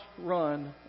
run